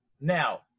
Now